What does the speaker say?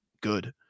good